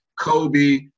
Kobe